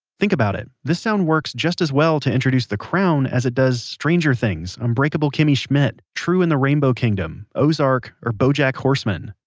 think about it, this sound works just as well to introduce the crown, as it does stranger things, unbreakable kimmy schmidt, true and the rainbow kingdom, ozark, or bojack horseman.